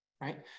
right